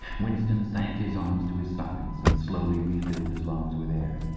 winston sank his arms to his sides and slowly refilled his lungs with air.